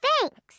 Thanks